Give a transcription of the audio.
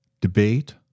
debate